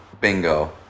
bingo